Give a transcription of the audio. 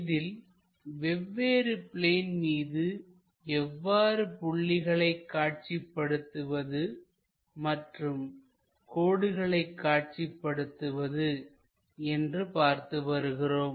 இதில் வெவ்வேறு பிளேன் மீது எவ்வாறு புள்ளிகளை காட்சிப்படுத்துவது மற்றும் கோடுகளை காட்சிப்படுத்துவது என்று பார்த்து வருகிறோம்